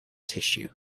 tissue